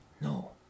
No